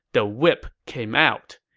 the whip came out.